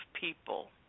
people